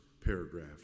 paragraph